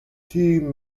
two